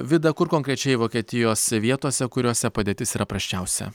vida kur konkrečiai vokietijos vietose kuriose padėtis yra prasčiausia